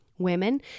women